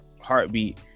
heartbeat